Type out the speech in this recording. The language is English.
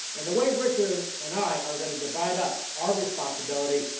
and the way richard and i are going to divide up our responsibility,